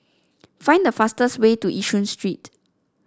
find the fastest way to Yishun Street